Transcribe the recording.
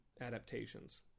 adaptations